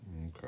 Okay